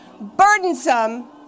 burdensome